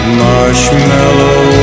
marshmallow